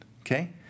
Okay